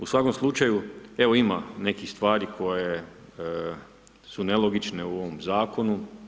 U svakom slučaju evo ima nekih stvari koje su nelogične u ovom zakonu.